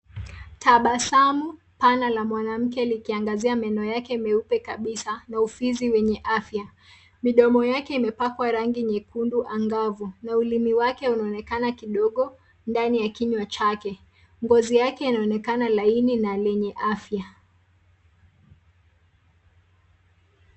Tabasamu pana la mwanamke likiangazia meno yake meupe kabisaa na ufizi wenye afya. Midomo yake imepakwa rangi nyekundu angavu, na ulimi wake unaonekana kidogo ndani ya kinywa chake .Ngozi yake inaonekana laini na lenye afya.